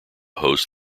hosts